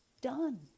done